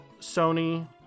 Sony